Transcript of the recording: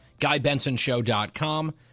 GuyBensonShow.com